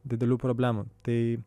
didelių problemų tai